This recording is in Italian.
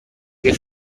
che